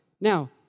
Now